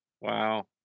Wow